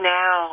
now